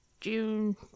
June